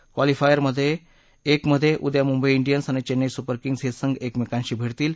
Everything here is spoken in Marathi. क्लॉलिफायर एक मधे उद्या मुंबई डियन्स आणि चचिई सुपर किंग्ज हे संघ एकमेकांशी भिडतील